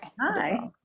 Hi